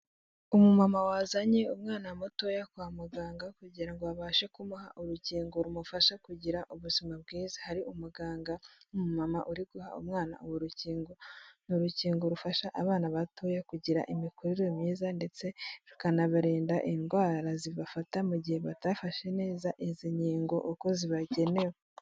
Umumama wazanye umwana mutoya kwa muganga kugira ngo babashe kumuha urukingo rumufasha kugira ubuzima bwiza, hari umuganga w'umumama uri guha umwana uru rukingo, ni urukingo rufasha abana batoya kugira imikurire myiza ndetse rukanabarinda indwara zibafata mu gihe batafashe neza izi nkingo uko zibagenewe.